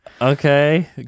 Okay